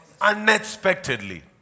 unexpectedly